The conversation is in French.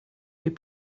les